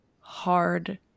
hard